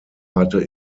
hatte